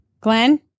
Glenn